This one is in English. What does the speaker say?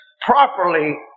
properly